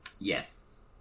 Yes